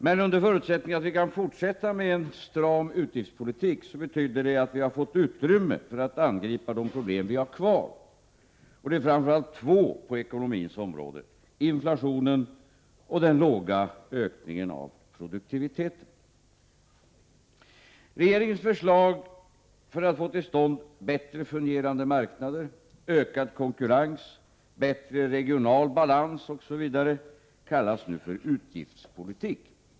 Men under förutsättning att vi kan fortsätta med en stram utgiftspolitik betyder det att vi har fått utrymme för att angripa de problem vi har kvar. Det är framför allt två på ekonomins område: inflationen och den låga ökningen av produktiviteten. Regeringens förslag för att få till stånd bättre fungerande marknader, ökad konkurrens, bättre regional balans osv. kallas nu för utbudspolitik.